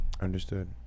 understood